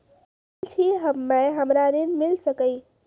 पढल छी हम्मे हमरा ऋण मिल सकई?